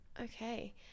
Okay